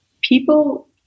People